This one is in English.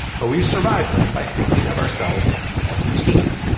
but we survived them by thinking of ourselves as a team.